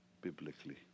biblically